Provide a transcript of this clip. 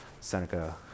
Seneca